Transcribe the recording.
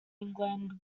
england